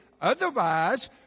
otherwise